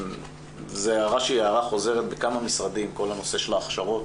זו הערה חוזרת בכמה משרדים, כל הנושא של ההכשרות,